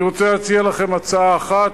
אני רוצה להציע לכם הצעה אחת,